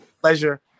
pleasure